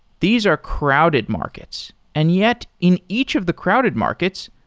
these are crowded markets, and yet in each of the crowded markets,